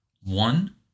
One